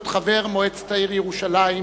להיות חבר מועצת העיר ירושלים,